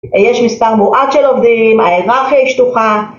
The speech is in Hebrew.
יש מספר מועט של עובדים, ההיררכיה היא שטוחה.